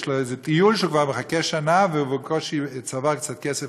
יש לו איזה טיול שהוא כבר מחכה לו שנה והוא בקושי צבר קצת כסף,